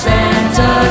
Santa